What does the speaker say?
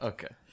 Okay